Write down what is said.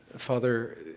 Father